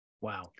Wow